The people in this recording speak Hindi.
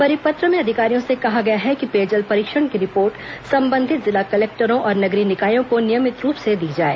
परिपत्र में अधिकारियों से कहा गया है कि पेयजल परीक्षण की रिपोर्ट संबंधित जिला कलेक्टरों और नगरीय निकायों को नियमित रूप से दी जाए